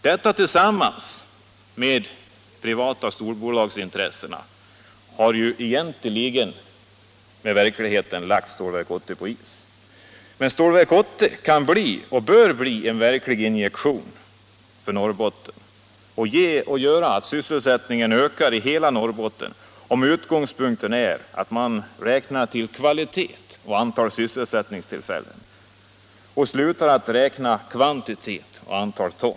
Detta tillsammans med de privata stålbolagsintressena har lagt Stålverk 80 på is. Men Stålverk 80 kan och bör bli den verkliga injektionen i Norrbotten, som gör att sysselsättningen ökar i hela Norrbotten, om utgångspunkten är att man räknar i kvalitet och antal sysselsättningstillfällen och slutar att räkna i kvantitet och antal ton.